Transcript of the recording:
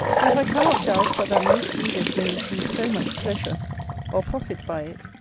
yet i cannot doubt but that most readers may receive so much pleasure or profit by it,